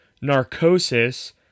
Narcosis